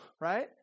right